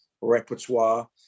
repertoire